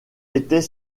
était